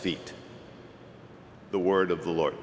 feet the word of the lord